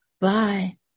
Bye